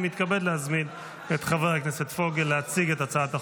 אני מתכבד להזמין את חבר הכנסת פוגל להציג את הצעת החוק.